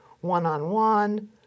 one-on-one